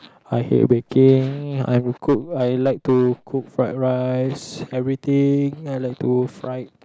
I hate baking I will cook I like to cook fried rice everything I like to fried